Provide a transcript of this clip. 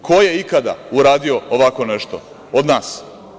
Ko je ikada uradio ovako nešto od nas?